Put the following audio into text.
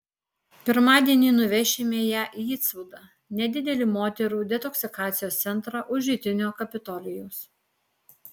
pirmadienį nuvešime ją į istvudą nedidelį moterų detoksikacijos centrą už rytinio kapitolijaus